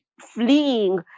fleeing